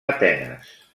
atenes